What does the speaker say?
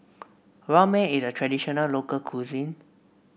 ramen is a traditional local cuisine